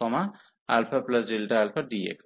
u1u1αΔαfxαΔαdx